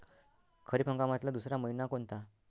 खरीप हंगामातला दुसरा मइना कोनता?